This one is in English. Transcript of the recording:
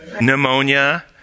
pneumonia